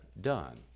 done